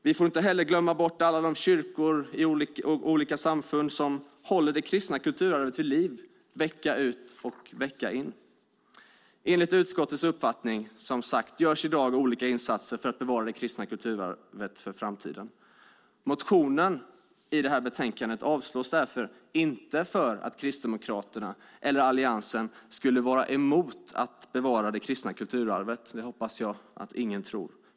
Vi får inte heller glömma bort alla de kyrkor och olika samfund som håller det kristna kulturarvet vid liv vecka ut och vecka in. Enligt utskottets uppfattning görs som sagt i dag olika insatser för att bevara det kristna kulturarvet för framtiden. Motionen som behandlas i det här betänkandet avslås därför inte för att Kristdemokraterna eller Alliansen skulle vara emot att bevara det kristna kulturarvet. Det hoppas jag att ingen tror.